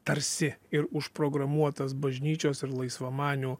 tarsi ir užprogramuotas bažnyčios ir laisvamanių